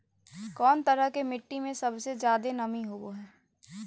कौन तरह के मिट्टी में सबसे जादे नमी होबो हइ?